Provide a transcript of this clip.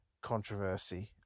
controversy